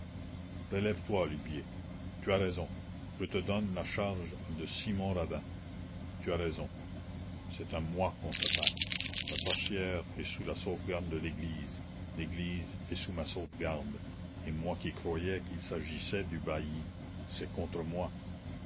relève-toi olivier tu as raison je te donne la charge de simon radin tu as raison c'est à moi qu'on s'attaque la sorcière est sous la sauvegarde de l'église l'église est sous ma sauvegarde et moi qui croyais qu'il s'agissait du bailli c'est contre moi